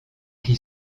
qui